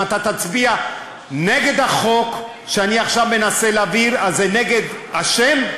שאם אתה תצביע נגד החוק שאני עכשיו מנסה להעביר אז זה נגד השם?